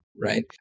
right